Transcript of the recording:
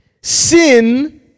sin